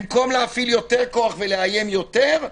במקום להפעיל יותר כוח ולאיים יותר,